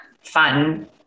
fun